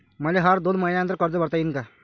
मले हर दोन मयीन्यानंतर कर्ज भरता येईन का?